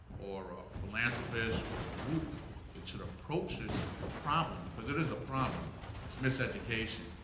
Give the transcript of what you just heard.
or ah a philanthropist, or a group that should approach this problem. because it is a problem it's miseducation.